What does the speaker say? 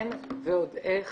כן, ועוד איך